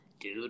dude